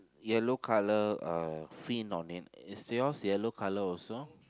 yellow colour uh fin on it is yours yellow colour also